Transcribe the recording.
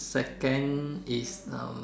second is now